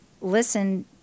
listen